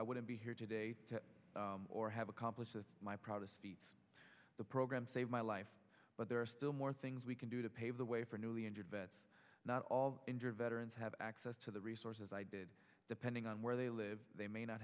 i wouldn't be here today or have accomplished my proudest feat the program saved my life but there are still more things we can do to pave the way for newly injured vets not all injured veterans have access to the resources i did depending on where they live they may not